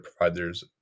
providers